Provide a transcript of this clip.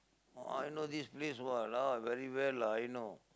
oh I know this place !walao! very well lah I know